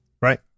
Right